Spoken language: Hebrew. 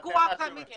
יש ויכוח אמיתי.